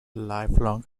lifelong